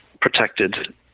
protected